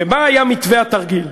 ומה היה מתווה התרגיל?